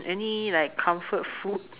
any like comfort food